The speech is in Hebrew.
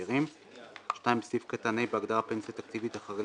שאיר הזכאי לפנסיה תקציבית או